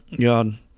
God